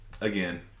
again